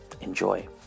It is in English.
Enjoy